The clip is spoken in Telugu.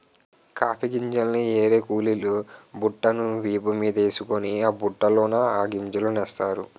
కాఫీ గింజల్ని ఏరే కూలీలు బుట్టను వీపు మీదేసుకొని ఆ బుట్టలోన ఆ గింజలనేస్తారు